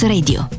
Radio